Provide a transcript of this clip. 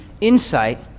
insight